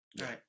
right